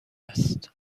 است